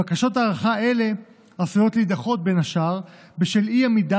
בקשות הארכה אלה עשויות להידחות בין השאר בשל אי-עמידה